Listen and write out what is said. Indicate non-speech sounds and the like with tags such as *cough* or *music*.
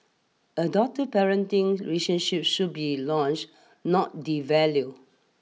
adoptive parenting relationships should be *noise* not devalued